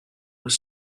was